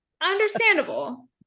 understandable